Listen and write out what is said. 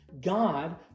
God